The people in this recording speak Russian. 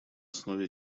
основе